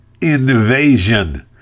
invasion